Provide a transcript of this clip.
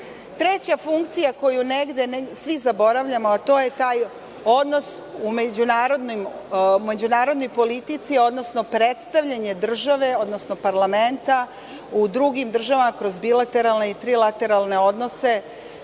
roku. Treća funkcija koju negde svi zaboravljamo, a to je taj odnos u međunarodnoj politici, odnosno predstavljanje države, odnosno parlamenta u drugim državama kroz bilateralne i trilateralne odnose